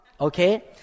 Okay